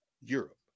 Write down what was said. Europe